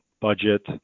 budget